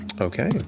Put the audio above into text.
Okay